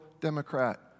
Democrat